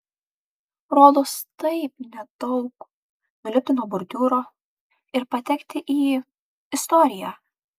rodos taip nedaug nulipti nuo bordiūro ir patekti į istoriją